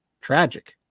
tragic